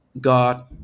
God